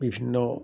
বিভিন্ন